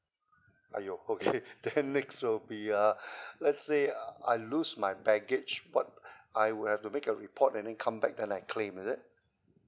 !aiyo! okay then next will be uh let's say I lose my baggage what I would have to make a report and then come back then I claim is it